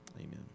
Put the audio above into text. Amen